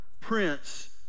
Prince